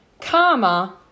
karma